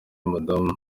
madamu